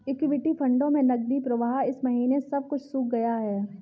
equity फंडों में नकदी प्रवाह इस महीने सब कुछ सूख गया है